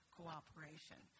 cooperation